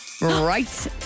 Right